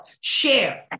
share